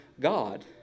god